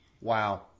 Wow